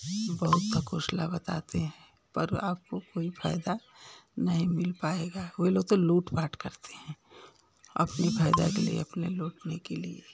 बहुत ढ़कोसला बताते हैं पर आपको कोई फायदा नहीं मिल पाएगा वे लोग तो लूट पाट करते हैं अपने फायदा के लिए अपने लूटने के लिए